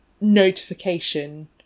notification